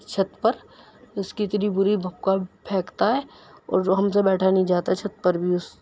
چھت پر اس کی اتنی بری بھپکا پھینکتا ہے اور جو ہم سے بیٹھا نہیں جاتا چھت پر بھی اس